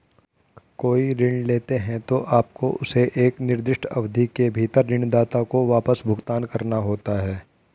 कोई ऋण लेते हैं, तो आपको उसे एक निर्दिष्ट अवधि के भीतर ऋणदाता को वापस भुगतान करना होता है